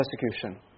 persecution